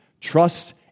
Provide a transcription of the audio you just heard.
Trust